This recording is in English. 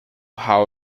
how